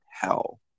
hell